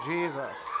Jesus